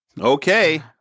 Okay